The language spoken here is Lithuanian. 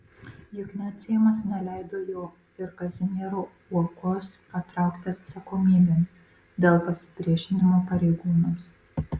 juk net seimas neleido jo ir kazimiero uokos patraukti atsakomybėn dėl pasipriešinimo pareigūnams